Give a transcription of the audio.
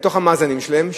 מתוך המאזנים שלהם,